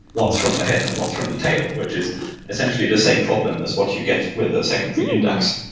once from the head and once from the tail, which is essentially the same problem as what you get with a secondary index.